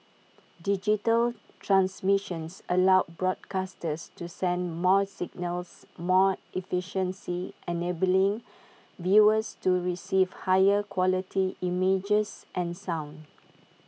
digital transmissions allow broadcasters to send more signals more efficiency enabling viewers to receive higher quality images and sound